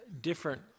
different